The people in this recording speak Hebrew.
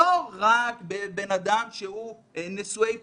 לא רק בנשואי פנים,